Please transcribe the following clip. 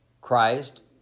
Christ